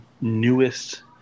newest